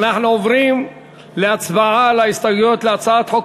אנחנו עוברים להצבעה על ההסתייגויות להצעת חוק